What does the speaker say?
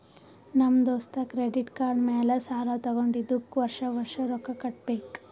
ನಮ್ ದೋಸ್ತ credit card ಮ್ಯಾಲ ಸಾಲಾ ತಗೊಂಡಿದುಕ್ ವರ್ಷ ವರ್ಷ ರೊಕ್ಕಾ ಕಟ್ಟಬೇಕ್